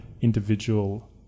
individual